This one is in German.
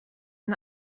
ihn